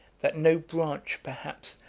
that no branch, perhaps,